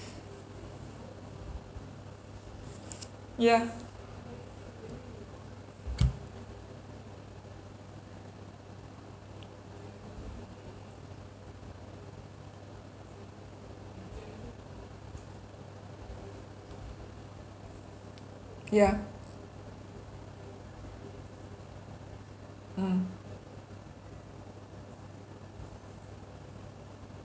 yeah yeah mm